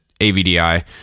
AVDI